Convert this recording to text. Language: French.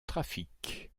trafics